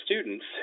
students